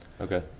okay